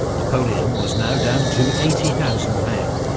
napoleon was now down to eighty thousand men,